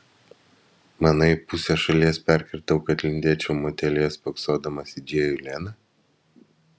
manai pusę šalies perkirtau kad lindėčiau motelyje spoksodamas į džėjų leną